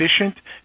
efficient